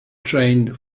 trained